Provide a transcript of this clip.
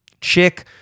chick